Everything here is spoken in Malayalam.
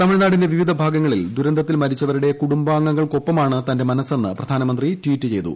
തമിഴ്നാടിന്റെ വിവിധ ഭാഗങ്ങളിൽ ദുരന്തത്തിൽ മരിച്ചവരുടെ കുടുംബാംഗങ്ങൾക്കൊപ്പമാണ് തന്റെ മനസെന്ന് പ്രധാനമന്ത്രി ട്വീറ്റ് ചെയ്തു